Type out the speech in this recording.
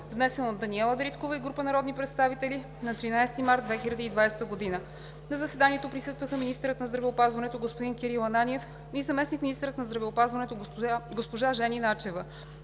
внесен от Даниела Дариткова и група народни представители на 13 март 2020 г. На заседанието присъстваха министърът на здравеопазването господин Кирил Ананиев и заместник-министърът на здравеопазването госпожа Жени Начева.